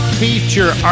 feature